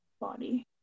body